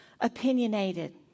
opinionated